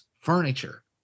furniture